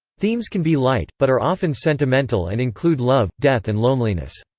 themes can be light, but are often sentimental and include love, death and loneliness.